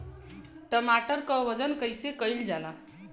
टमाटर क वजन कईसे कईल जाला?